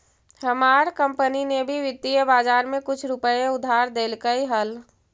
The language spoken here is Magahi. हमार कंपनी ने भी वित्तीय बाजार में कुछ रुपए उधार देलकइ हल